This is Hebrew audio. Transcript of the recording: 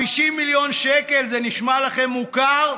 50 מיליון שקל זה נשמע לכם מוכר?